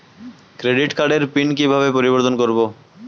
Credit কার্ডের PIN কিভাবে পরিবর্তন করবো?